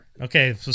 Okay